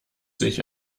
sich